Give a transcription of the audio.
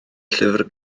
llyfr